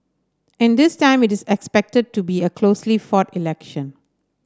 and this time it is expected to be a closely fought election